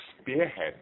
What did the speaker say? spearhead